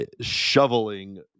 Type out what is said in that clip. shoveling